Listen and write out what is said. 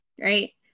right